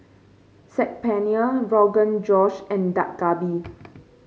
Saag Paneer Rogan Josh and Dak Galbi